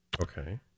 Okay